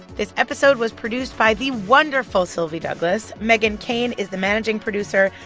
this episode was produced by the wonderful sylvie douglis. meghan keane is the managing producer.